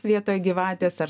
vietoj gyvatės ar